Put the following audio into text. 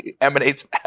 emanates